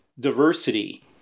diversity